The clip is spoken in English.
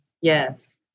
Yes